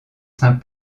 saint